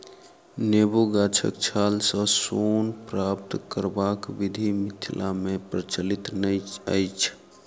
नेबो गाछक छालसँ सोन प्राप्त करबाक विधि मिथिला मे प्रचलित नै अछि